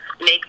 make